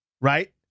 right